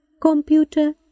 Computer